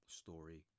story